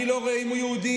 אני לא רואה אם הוא יהודי,